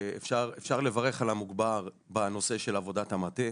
ואפשר לברך על המוגמר בנושא של עבודת המטה.